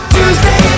Tuesday